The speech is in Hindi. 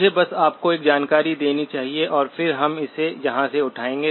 मुझे बस आपको एक जानकारी देनी चाहिए और फिर हम इसे यहाँ से उठाएंगे